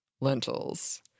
lentils